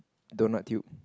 donut tube